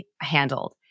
handled